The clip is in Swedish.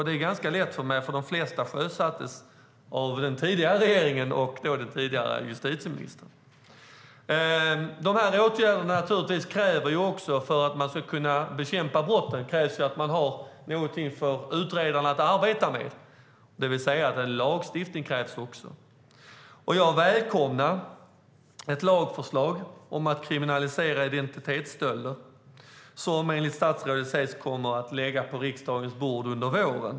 Det är ganska lätt för mig eftersom de flesta sjösattes av den tidigare regeringen och den tidigare justitieministern. För att kunna bekämpa brotten krävs givetvis att det finns något för utredarna att arbeta med, det vill säga en lagstiftning. Jag välkomnar ett lagförslag om att kriminalisera identitetsstöld, som enligt statsrådet ska komma att läggas på riksdagens bord under våren.